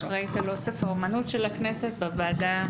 אחראית על אוסף האומנות של הכנסת בוועדה.